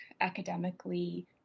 academically